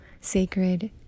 sacred